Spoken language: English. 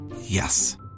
Yes